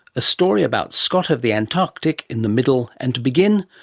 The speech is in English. a story about scott of the antarctic in the middle, and, to begin,